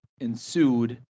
ensued